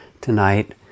tonight